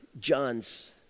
John's